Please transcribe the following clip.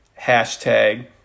Hashtag